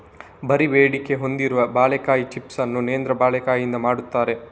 ಭಾರೀ ಬೇಡಿಕೆ ಹೊಂದಿರುವ ಬಾಳೆಕಾಯಿ ಚಿಪ್ಸ್ ಅನ್ನು ನೇಂದ್ರ ಬಾಳೆಕಾಯಿಯಿಂದ ಮಾಡ್ತಾರೆ